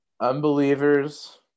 Unbelievers